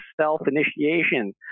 self-initiation